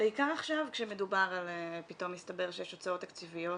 בעיקר עכשיו, כשפתאום מסתבר שיש הוצאות תקציביות